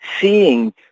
seeing